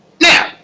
now